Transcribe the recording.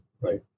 Right